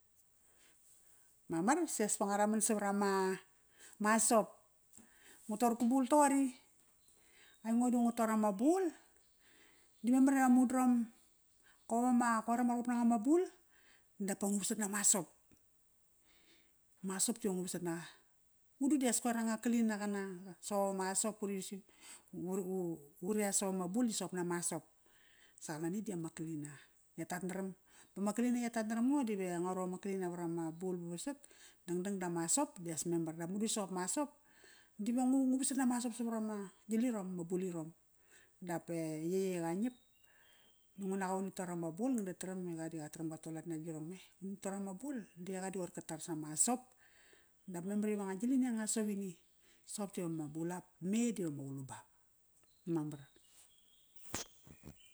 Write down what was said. Mamar, sias pa nguaraman savar ama, ma asop. Ngu tor gu bul toqori. Aingo di ngu tor ama bul, di memari amudrom, qop ama, qoir ama ruqup nanga ma bul, dap va ngu vasat nama asop. Ma asop dive ngu vasat naqa. Madu di as koir anga klina qana, soqop ama asop uri yusim, uri asop ama bul di soqop nama asop. Sa qalani di ama klina. Ya tatnaram ba ma klina ya tatnaram ngo dive ngo ru ama klina varama bul. Ba vasat, dangdang dama asop, dias memar. Dap madu soqop ma soap ma asop, dive ngu, ngu vasat nama asop savarama gilirom ama bul irom. Dap a yeye qa ngiap, da ngu naqa uni tor ama bul, ngada taram i qa di qataram qa tualat na girong me. Uni tor ama bul, di aiqa di qoir ka tar sama asop. Dap memar iva nga gilini anga sovini, soqop diva ma bulap me diva ma qulubap. Mamar.